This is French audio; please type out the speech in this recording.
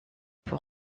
pour